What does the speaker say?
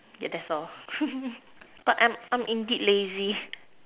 yeah that's all but I'm I'm indeed lazy